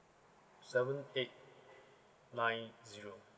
seven eight nine zero